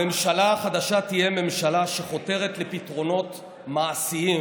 הממשלה החדשה תהיה ממשלה שחותרת לפתרונות מעשיים,